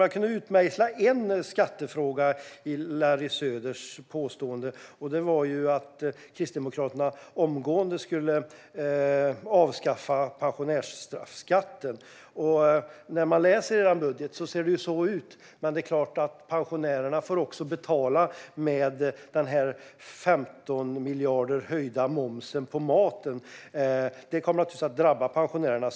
Jag kunde dock utmejsla en skattefråga i Larry Söders inlägg, nämligen att Kristdemokraterna omgående skulle avskaffa pensionärsstraffskatten. I er budget ser det så ut, men pensionärerna får också betala genom höjningen av matmomsen med 15 miljarder. Detta kommer naturligtvis att drabba pensionärerna.